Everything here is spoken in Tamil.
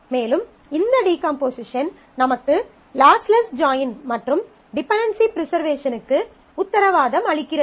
மேலும் இந்த டீகம்போசிஷன் நமக்கு லாஸ்லெஸ் ஜாயின் மற்றும் டிபென்டென்சி ப்ரிசர்வேஷனுக்கு உத்தரவாதம் அளிக்கிறது